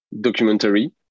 documentary